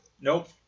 Nope